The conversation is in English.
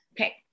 Okay